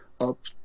up